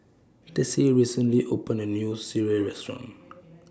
Tessie recently opened A New Sireh Restaurant